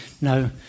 no